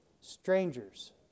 Strangers